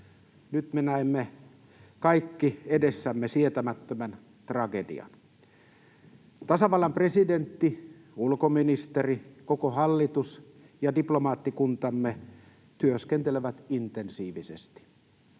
Nyt me näemme kaikki edessämme sietämättömän tragedian. Tasavallan presidentti, ulkoministeri, koko hallitus ja diplomaattikuntamme työskentelevät intensiivisesti.